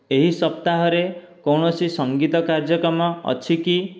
ଏହି ସପ୍ତାହରେ କୌଣସି ସଙ୍ଗୀତ କାର୍ଯ୍ୟକ୍ରମ ଅଛି କି